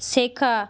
শেখা